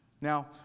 Now